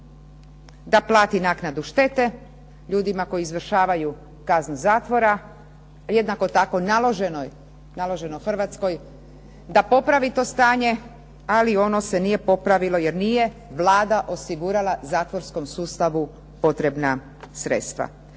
da plati naknadu štete ljudima koji izvršavaju kaznu zatvora, a jednako tako naloženo je Hrvatskoj da popravi to stanje, ali ono se nije popravilo jer nije Vlada osigurala zatvorskom sustavu potrebna sredstva.